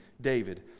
David